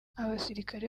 abasirikare